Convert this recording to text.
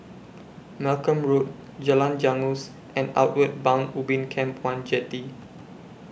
Malcolm Road Jalan Janggus and Outward Bound Ubin Camp one Jetty